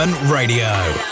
Radio